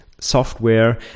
software